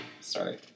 Sorry